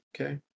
okay